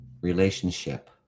relationship